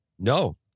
No